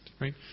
right